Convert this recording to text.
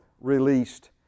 released